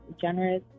generous